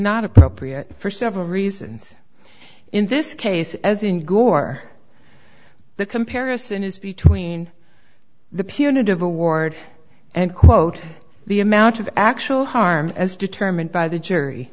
not appropriate for several reasons in this case as in gore the comparison is between the punitive award and quote the amount of actual harm as determined by the jury